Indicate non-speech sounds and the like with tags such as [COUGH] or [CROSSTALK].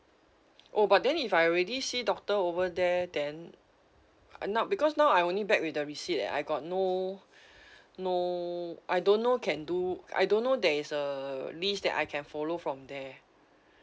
oh but then if I already see doctor over there then uh no~ because now I only back with the receipt and I got no [BREATH] no I don't know can do I don't know there is a list that I can follow from there